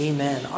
Amen